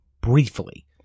briefly